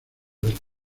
del